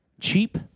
Cheap